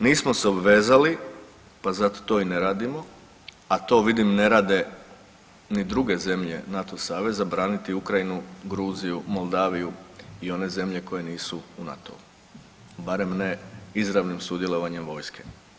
Nismo se obvezali pa zato to i ne radimo, a to vidim ne rade ni druge zemlje NATO saveza braniti Ukrajinu, Gruziju, Moldaviju i one zemlje koje nisu u NATO-u barem ne izravnim sudjelovanjem vojske.